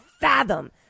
fathom